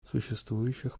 существующих